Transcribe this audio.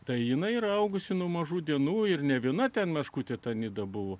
tai jinai ir augusi nuo mažų dienų ir ne viena ten meškutė nida buvo